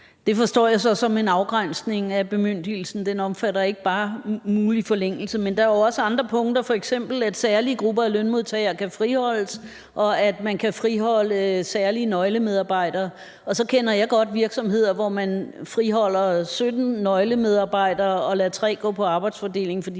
Det forstår jeg så som en afgrænsning af bemyndigelsen, at den altså ikke bare omfatter en mulig forlængelse. Men der er også andre punkter, f.eks. at særlige grupper af lønmodtagere kan friholdes, og at man kan friholde særlige nøglemedarbejdere – og så kender jeg godt til virksomheder, hvor man friholder 17 nøglemedarbejdere og lader 3 gå på arbejdsfordeling,